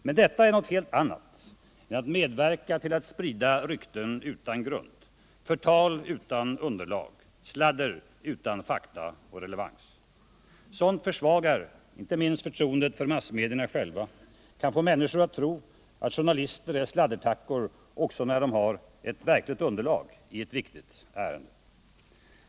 Men detta är något helt annat än att medverka till att sprida rykten utan grund, förtal utan underlag, sladder utan fakta och relevans. Sådant försvagar inte minst förtroendet för massmedierna själva, kan få människor att tro att journalister är sladdertackor också när de har ett verkligt underlag i ett viktigt ärende.